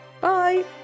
Bye